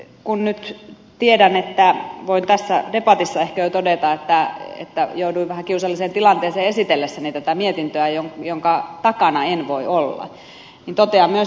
kun nyt tiedän että voin tässä debatissa ehkä jo todeta että jouduin vähän kiusalliseen tilanteeseen esitellessäni tätä mietintöä jonka takana en voi olla niin totean myös ed